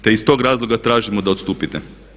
Te iz tog razloga tražimo da odstupite.